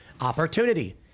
Opportunity